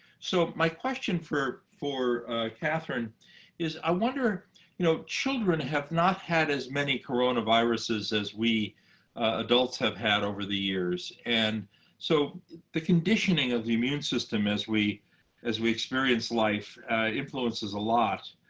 so my question for for katherine is i wonder you know children have not had as many coronaviruses as we adults have had over the years. and so the conditioning of the immune system as we as we experience life influences a lot.